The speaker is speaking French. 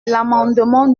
l’amendement